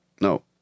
No